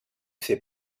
fait